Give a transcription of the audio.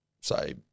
say